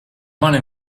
mani